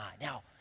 Now